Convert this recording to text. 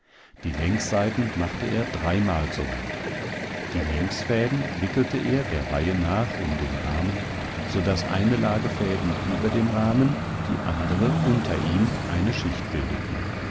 die längsseiten machte er dreimal so lang die längsfäden wickelte er der länge nach um den rahmen so daß eine lage fäden über dem rahmen die andere unter ihm eine schicht bildeten